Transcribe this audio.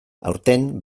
aurten